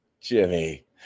Jimmy